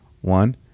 one